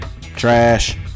trash